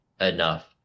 enough